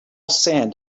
sand